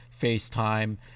FaceTime